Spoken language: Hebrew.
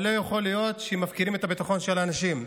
אבל לא יכול להיות שמפקירים את הביטחון של האנשים.